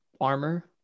armor